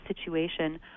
situation